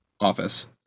Office